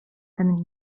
ten